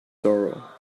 sorrow